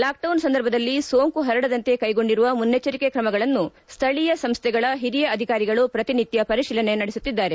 lockdown ಸಂದರ್ಭದಲ್ಲಿ ಸೋಂಕು ಪರಡದಂತೆ ಕೈಗೊಂಡಿರುವ ಮುನೈಜ್ವರಿಕೆ ಕ್ರಮಗಳನ್ನು ಸ್ಥಳೀಯ ಸಂಸ್ಥೆಗಳ ಹಿರಿಯ ಅಧಿಕಾರಿಗಳು ಪ್ರತಿನಿತ್ಕ ಪರಿಶೀಲನೆ ನಡೆಸುತ್ತಿದ್ದಾರೆ